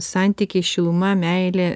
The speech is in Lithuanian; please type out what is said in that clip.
santykiai šiluma meilė